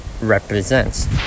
represents